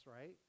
right